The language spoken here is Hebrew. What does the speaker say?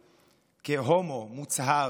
כהומו מוצהר עם משפחה,